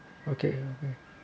okay